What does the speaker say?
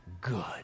good